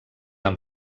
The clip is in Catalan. han